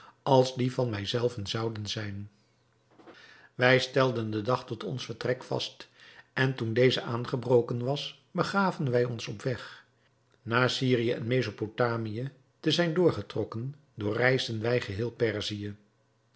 als die van mij zelven zouden zijn wij stelden den dag tot ons vertrek vast en toen deze aangebroken was begaven wij ons op weg na syrië en mesopotamië te zijn doorgetrokken doorreisden wij geheel perzië